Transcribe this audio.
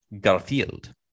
Garfield